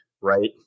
right